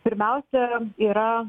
pirmiausia yra